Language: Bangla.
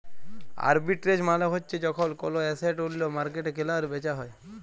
আরবিট্রেজ মালে হ্যচ্যে যখল কল এসেট ওল্য মার্কেটে কেলা আর বেচা হ্যয়ে